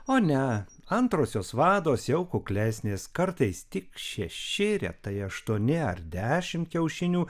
o ne antrosios vados jau kuklesnės kartais tik šeši retai aštuoni ar dešimt kiaušinių